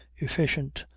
efficient,